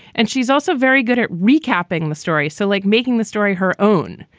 and she's also very good at recapping the story. so like making the story her own.